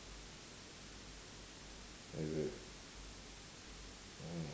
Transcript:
is it orh